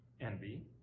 envy